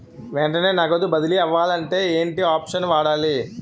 వెంటనే నగదు బదిలీ అవ్వాలంటే ఏంటి ఆప్షన్ వాడాలి?